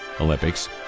Olympics